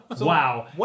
Wow